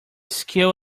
skill